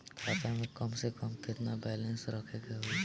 खाता में कम से कम केतना बैलेंस रखे के होईं?